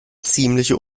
ziemliche